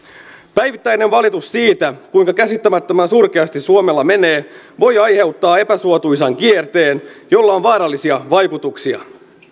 päivittäinen valitus siitä kuinka käsittämättömän surkeasti suomella menee voi aiheuttaa epäsuotuisan kierteen jolla on vaarallisia vaikutuksia